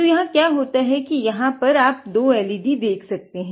तो यहाँ क्या होता है कि आप यहाँ दो LEDs देख दकते हैं